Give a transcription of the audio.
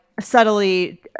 subtly